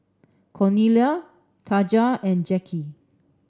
Cornelia Taja and Jacki